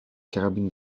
carabines